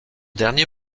dernier